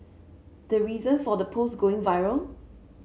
the reason for the post going viral